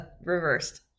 reversed